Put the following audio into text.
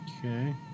Okay